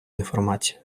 інформацію